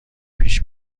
پیش